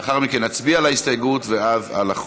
לאחר מכן נצביע על ההסתייגות, ואז, על החוק.